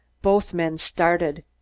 both men started.